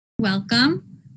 Welcome